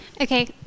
Okay